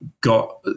got